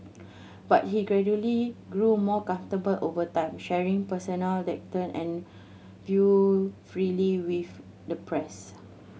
but he gradually grew more comfortable over time sharing personal anecdote and view freely with the press